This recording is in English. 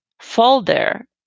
folder